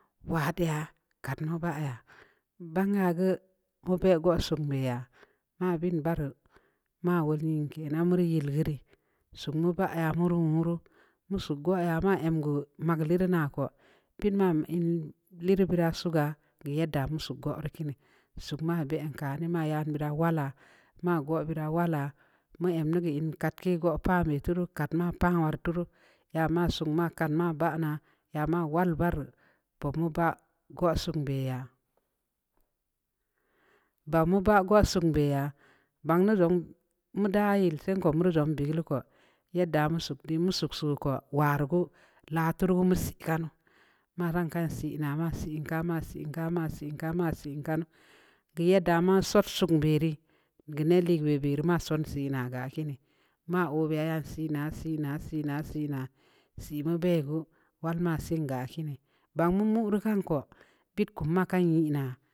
Wa də ya'a kat nu ba ya'a gban nə gue mpe goo suun bə ya'a ma bəən barre ma wul ne ke ma ware yel nga re'e suuneu ba ya wuru-wuru nuu suugue aya ma ən gue ma gue lii nga naku piit ma ən le le bera suuga yadda mu suk goro kiinii suug ma bə anka ne ma ya wala ma goo bera wala mu ən ēn nuugue ii kat kii goo pa'a me tuuru kat ma pa'a war tuuru ya ma suuk ma kan ma bana'a ya ma war-war ppugmu bə gwa suun bə ya ba muba gwa suun bə ya gban nue muda'a yel sii kumnu ruung benuu ku yada'a mu suuk də mu suuk suuk kwa warugue la turu'u mə sii kannu ma ran kan sii nam a sii iin kama sii-iin ka ma sii iin ka ma sii iin kannu k yadda ma suun-suu bəra ngeno lii bəre ma suuk sii na ga kii nii ma ɔbia yan sii na-sii na-sii na-sii na-sii na sii mə bə gue wal a sii gə kii nii ba mu muru kan ku pət ku ma kan yəə na.